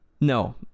No